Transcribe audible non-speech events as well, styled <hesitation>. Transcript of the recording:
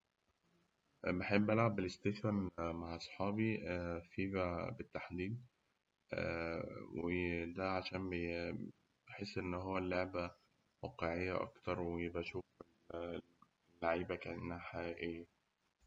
بحب ألعب بلاستيشن مع أصحابي <hesitation> فيفا بالتحديد وده عشان <hesitation> بي- بحس إن هو اللعبة واقعية أكتر وبشوف اللعيبة كأنها حقيقية.